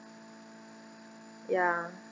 ya